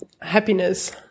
Happiness